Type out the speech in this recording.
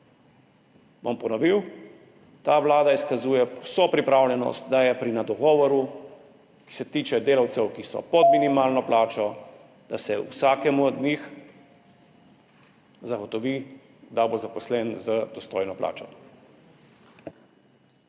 Bom ponovil. Ta vlada izkazuje vso pripravljenost v dogovoru, ki se tiče delavcev, ki so pod minimalno plačo, da se vsakemu od njih zagotovi, da bo zaposlen z dostojno plačo.